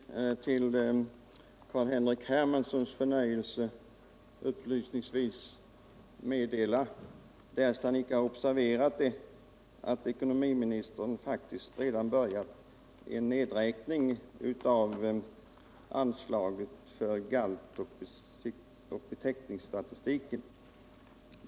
Herr talman! Jag vill närmast till herr Carl-Henrik Hermanssons förnöjelse upplysningsvis meddela, därest han inte har observerat det, att ekonomiministern faktiskt redan har börjat en nedräkning av anslaget för galtoch betäckningsstatistiken.